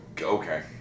okay